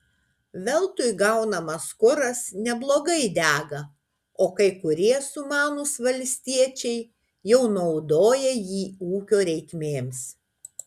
veltui gaunamas kuras neblogai dega ir kai kurie sumanūs valstiečiai jau naudoja jį ūkio reikmėms